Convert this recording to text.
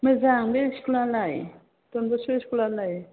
मोजां बे स्कुलालाय डनबस्क' स्कुलालाय